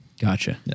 Gotcha